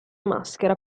maschera